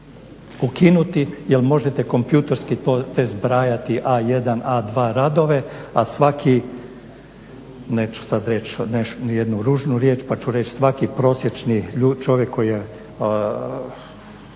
ukinuti jer možete kompjuterski te zbrajati A1, A2 radove, a svaki, neću sad reći jednu ružnu riječ pa ću reći svaki prosječni čovjek koji je